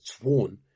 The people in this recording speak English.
sworn